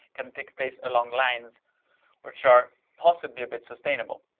can take place along lines which are possibly a bit sustainable.